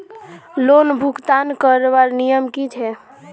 Loan भुगतान करवार नियम की छे?